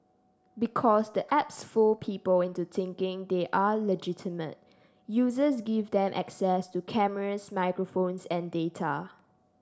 because the apps fool people into thinking they are legitimate users give them access to cameras microphones and data